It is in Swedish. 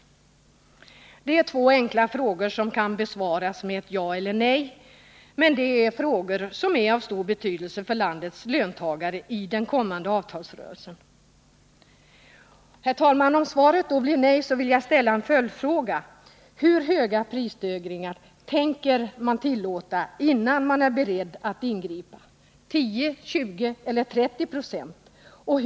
Detta är två enkla frågor som kan besvaras med ett ja eller nej, men de är av stor betydelse för landets löntagare i den kommande avtalsrörelsen. Om svaret blir nej vill jag ställa en följdfråga: Hur höga prisstegringar tänker ni tillåta, innan ni är beredda att ingripa — 10, 20 eller 30 26?